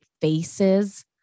faces